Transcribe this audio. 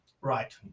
Right